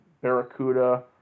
Barracuda